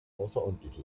außerordentlich